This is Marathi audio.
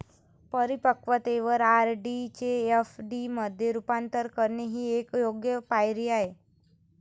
परिपक्वतेवर आर.डी चे एफ.डी मध्ये रूपांतर करणे ही एक योग्य पायरी आहे